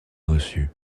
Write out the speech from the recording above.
reçu